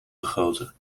gegoten